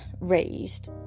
raised